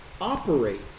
operate